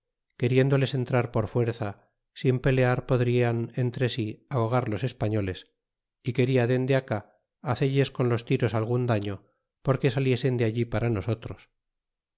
en trar por fuerza sin pelear podrian entre si ahogar los espa n o les y quena dende acá hacelles con los tiros algun daño por que saliesen de allí para nosotros